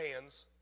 hands